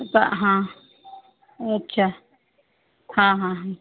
त हां अच्छा हां हां हां